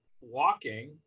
walking